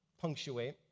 punctuate